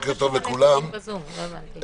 שלום לכולם, אני מתכבד לפתוח את הדיון.